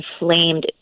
inflamed